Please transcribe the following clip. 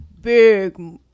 big